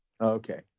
Okay